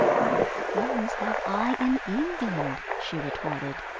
what friends have i in england? she retorted.